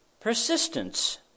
persistence